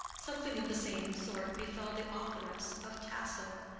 something of the same sort befell the authoress of tasso,